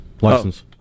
license